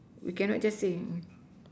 we cannot just say